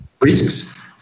risks